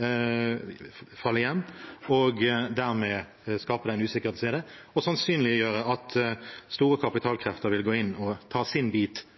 og dermed skape den usikkerheten som er der, og sannsynliggjøre at store kapitalkrefter vil gå inn og ta sin bit